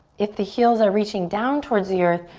if the heels are reaching down towards the earth,